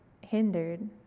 hindered